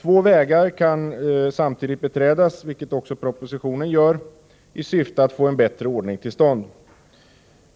Två vägar kan samtidigt beträdas, vilket också propositionen gör, i syfte att få en bättre ordning till stånd.